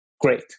great